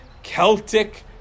Celtic